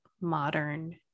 modern